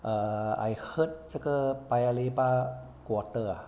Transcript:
err I heard 这个 paya lebar quarter ah